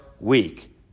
week